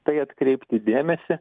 tai atkreipti dėmesį